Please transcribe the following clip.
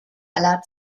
aller